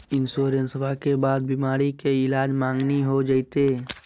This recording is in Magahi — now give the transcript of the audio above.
इंसोरेंसबा के बाद बीमारी के ईलाज मांगनी हो जयते?